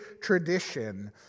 tradition